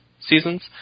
seasons